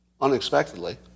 unexpectedly